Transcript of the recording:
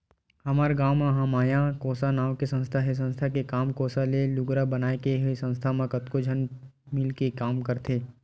हमर गाँव म महामाया कोसा नांव के संस्था हे संस्था के काम कोसा ले लुगरा बनाए के हे संस्था म कतको झन मिलके के काम करथे